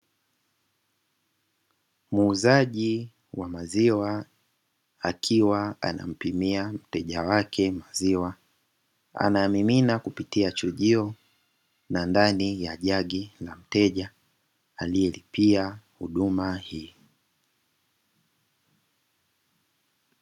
Muuzaji wa maziwa akiwa anampimia mteja wake maziwa, anamimina kupitia chujio na ndani ya jagi la mteja aliyelipia huduma hii.